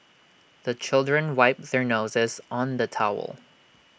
the children wipe their noses on the towel